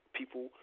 people